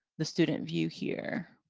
the student view, here.